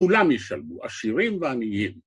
‫כולם ישלמו, עשירים ועניים.